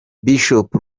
bishop